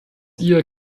ihr